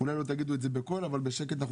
אולי לא תגידו את זה בקול אבל בשקט אנחנו